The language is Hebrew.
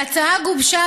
ההצעה גובשה,